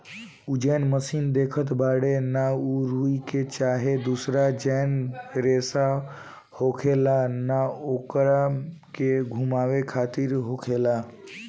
उ जौन मशीन देखत बाड़े न उ रुई के चाहे दुसर जौन रेसा होखेला न ओकरे के घुमावे खातिर होखेला